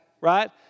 right